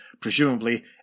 presumably